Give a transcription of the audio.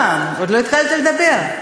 אה, עוד לא התחלתי לדבר.